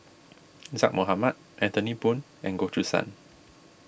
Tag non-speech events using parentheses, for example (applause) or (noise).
(noise) Zaqy Mohamad Anthony Poon and Goh Choo San